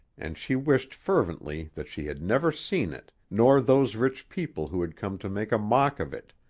and she wished fervently that she had never seen it nor those rich people who had come to make a mock of it,